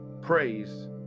Praise